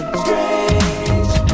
strange